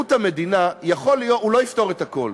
שירות המדינה לא יפתור את הכול,